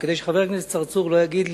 וכדי שחבר הכנסת צרצור לא יגיד לי: